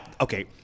okay